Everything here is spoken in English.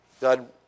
God